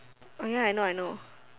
oh ya I know I know